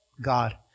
God